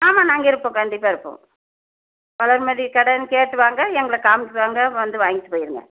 ஆமாம் நாங்கள் இருப்போம் கண்டிப்பாக இருப்போம் வளர்மதி கடைன்னு கேட்டு வாங்க எங்களை காமிக்குவாங்க வந்து வாங்கிட்டு போயிடுங்க